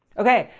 okay,